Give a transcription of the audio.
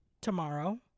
tomorrow